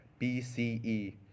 BCE